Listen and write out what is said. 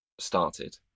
started